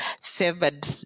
favored